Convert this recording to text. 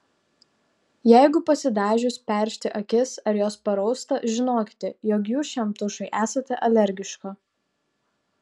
jeigu pasidažius peršti akis ar jos parausta žinokite jog jūs šiam tušui esate alergiška